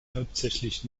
hauptsächlich